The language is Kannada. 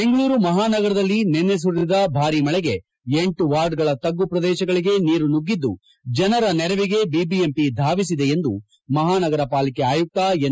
ಬೆಂಗಳೂರು ಮಹಾನಗರದಲ್ಲಿ ನಿನ್ನೆ ಸುರಿದ ಭಾರಿ ಮಳೆಗೆ ಎಂಟು ವಾರ್ಡ್ಗಳ ತಗ್ಗು ಪ್ರದೇಶಗಳಲ್ಲಿ ನೀರು ನುಗಿದ್ದು ಜನರ ನೆರವಿಗೆ ವಿದಿಎಂಪಿ ಧಾವಿಸಿದೆ ಎಂದು ಮಹಾನಗರ ಪಾಲಿಕೆ ಆಯುತ್ತ ಎನ್